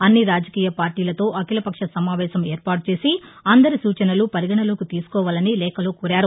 అన్ని రాజకీయ పార్టీలతో అఖిలపక్ష సమావేశం ఏర్పాటు చేసి అందరిసూచనలు పరిగణలోకి తీసుకోవాలని లేఖలో కోరారు